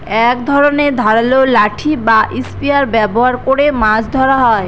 এক ধরনের ধারালো লাঠি বা স্পিয়ার ব্যবহার করে মাছ ধরা হয়